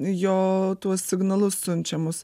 jo tuos signalus siunčiamus